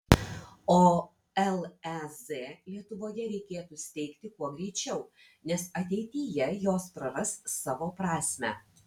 o lez lietuvoje reikėtų steigti kuo greičiau nes ateityje jos praras savo prasmę